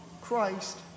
Christ